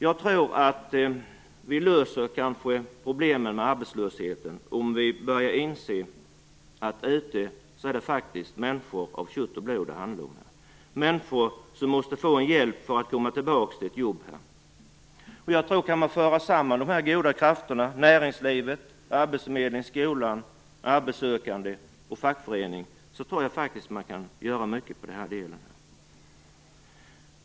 Jag tror att vi kan lösa problemen med arbetslösheten om vi börjar inse att det faktiskt är människor av kött och blod det handlar om, människor som måste få hjälp för att komma tillbaka till ett jobb. Kan man föra samman de goda krafterna - näringsliv, arbetsförmedling, skola, arbetssökande och fackförening - tror jag faktiskt att man kan göra mycket i den delen.